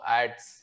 ads